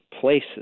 places